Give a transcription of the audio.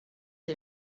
est